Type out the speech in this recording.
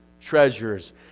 treasures